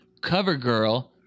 Covergirl